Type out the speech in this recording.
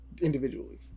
individually